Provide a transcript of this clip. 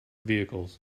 vehicles